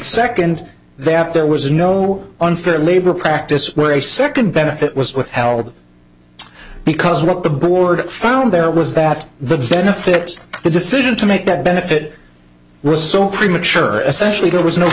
second that there was no unfair labor practice where a second benefit was withheld because what the board found there was that the benefit the decision to make that benefit was so premature essentially there was no